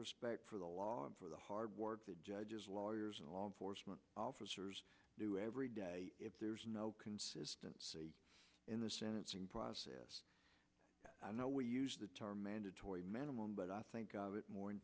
respect for the law and for the hard work that judges lawyers and law enforcement officers do every day if there's no consistency in the sentencing process i know we use the term mandatory minimum but i think of it more in